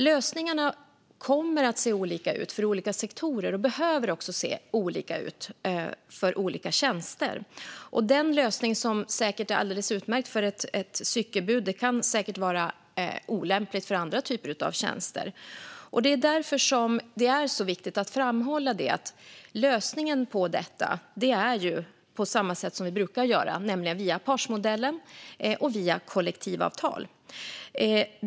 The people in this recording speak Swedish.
Lösningarna kommer att se olika ut för olika sektorer, och de behöver också se olika ut för olika tjänster. Den lösning som är alldeles utmärkt för ett cykelbud kan säkert vara olämplig för andra typer av tjänster. Det är därför som det är så viktigt att framhålla att lösningen på detta är att göra på samma sätt som vi brukar göra, nämligen via partsmodellen och via kollektivavtal.